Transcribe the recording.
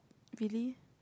really